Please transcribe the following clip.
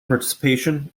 participation